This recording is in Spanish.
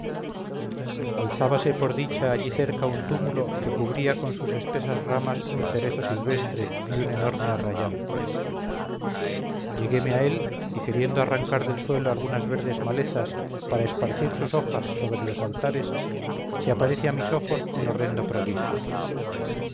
toro alzábase por dicha allí cerca un túmulo que cubría con sus espesas ramas un cerezo silvestre y un enorme arrayán llegueme a él y queriendo arrancar del suelo algunas verdes malezas para esparcir sus hojas sobre los altares se aparece a mis ojos un horrendo prodigio